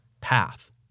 path